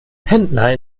pendler